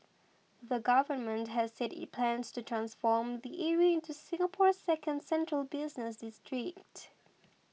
the Government has said it plans to transform the area into Singapore's second central business district